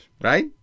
right